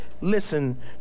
listen